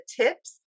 tips